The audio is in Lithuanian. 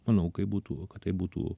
manau kai būtų kad tai būtų